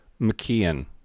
McKeon